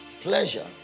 pleasure